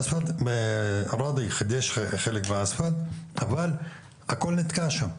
ראדי חידש חלק מהאספלט אבל הכול נתקע שם.